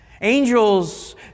Angels